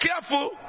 careful